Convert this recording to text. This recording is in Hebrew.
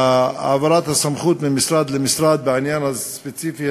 העברת הסמכות ממשרד למשרד בעניין הספציפי